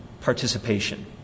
participation